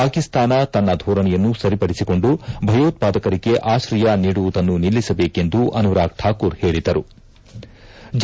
ಪಾಕಿಸ್ತಾನ ತನ್ನ ಧೋರಣೆಯನ್ನು ಸರಿಪಡಿಸಿಕೊಂಡು ಭಯೋತ್ಪಾದಕರಿಗೆ ಆಶ್ರಯ ನೀಡುವುದನ್ನು ನಿಲ್ಲಿಸಬೇಕೆಂದು ಅನುರಾಗ್ ಠಾಕುರ್ ಹೇಳದರು